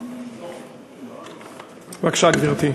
בבקשה, גברתי.